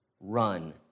run